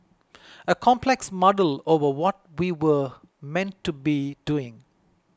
a complex muddle over what we're meant to be doing